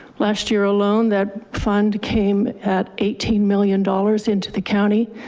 last year alone, that fund came at eighteen million dollars into the county.